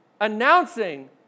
announcing